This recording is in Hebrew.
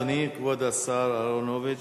בבקשה, אדוני, כבוד השר אהרונוביץ.